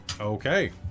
Okay